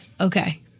okay